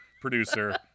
producer